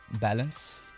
balance